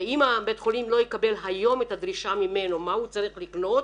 אם בית החולים לא יקבל היום את הדרישה מה הוא צריך לקנות,